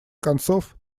концов